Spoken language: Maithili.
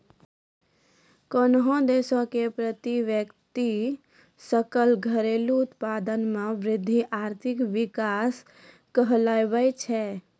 कोन्हो देश के प्रति व्यक्ति सकल घरेलू उत्पाद मे वृद्धि आर्थिक विकास कहलाबै छै